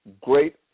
great